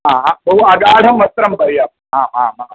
हा बहु अगाढं वस्त्रं प्रर्याप्तम् आमाम्